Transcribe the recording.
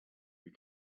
you